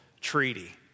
treaty